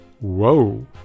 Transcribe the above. Whoa